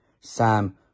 Sam